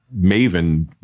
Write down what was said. maven